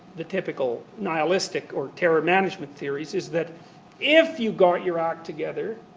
the typical nihilistic or terror-management theories, is that if you got your act together,